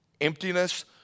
Emptiness